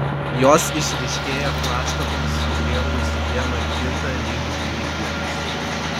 jos išryškėja plaštakoms sugriebus viena kitą lyg žnyplėmis